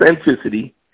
authenticity